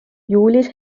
juulis